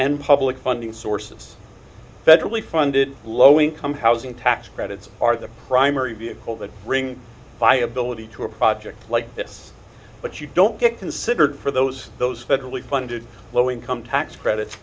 and public funding sources federally funded low income housing tax credits are the primary vehicle that bring viability to a project like this but you don't get considered for those those federally funded low income tax credits